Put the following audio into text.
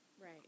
Right